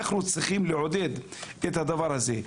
אנחנו צריכים לעודד את הדבר הזה.